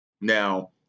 Now